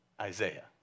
Isaiah